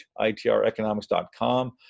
itreconomics.com